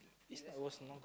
is not it was not